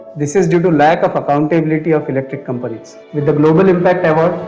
this is due to lack of accountability of electric companies. with the global impact award,